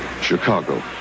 chicago